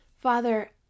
Father